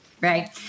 Right